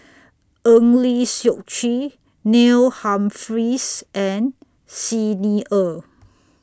Eng Lee Seok Chee Neil Humphreys and Xi Ni Er